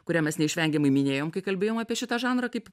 kurią mes neišvengiamai minėjom kai kalbėjom apie šitą žanrą kaip